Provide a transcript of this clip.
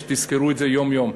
שתזכרו את זה יום-יום,